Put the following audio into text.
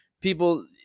people –